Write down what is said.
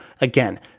again